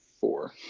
four